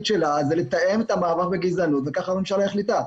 שלה זה לתאם את המאבק בגזענות וככה הממשלה החליטה.